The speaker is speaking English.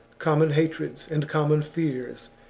common hatreds, and common fears,